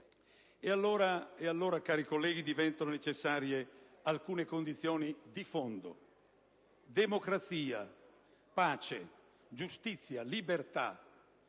E allora diventano necessarie alcune condizioni di fondo: democrazia, pace, giustizia, libertà,